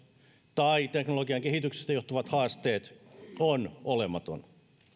tai teknologian kehityksestä johtuvat haasteet on olematon